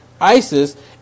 ISIS